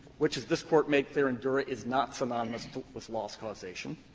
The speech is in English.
which, as this court made clear in dura, is not synonymous with loss causation.